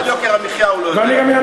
רק לגבי יוקר המחיה הוא לא יודע, מילה אחת.